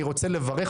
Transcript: אני אקשיב.